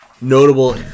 Notable